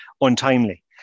untimely